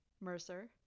Mercer